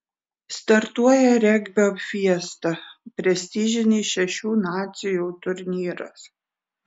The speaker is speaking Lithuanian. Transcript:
startuoja regbio fiesta prestižinis šešių nacijų turnyras